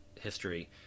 history